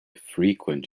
frequent